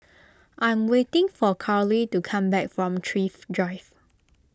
I am waiting for Karly to come back from Thrift Drive